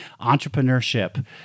entrepreneurship